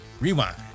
Rewind